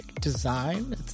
Design